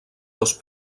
dos